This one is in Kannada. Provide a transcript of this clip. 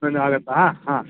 ನಂಗೆ ಆಗತ್ತೆ ಆ ಹಾಂ